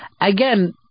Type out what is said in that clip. Again